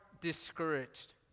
discouraged